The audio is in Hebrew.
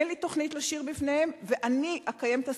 אין לי תוכנית לשיר בפניהם, ואני אקיים את השיחה.